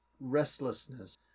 restlessness